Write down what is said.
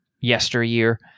yesteryear